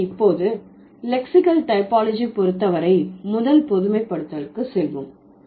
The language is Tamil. எனவே இப்போது லெக்சிக்கல் டைபாலஜி பொருத்த வரை முதல் பொதுமைப்படுத்தலுக்கு செல்வோம்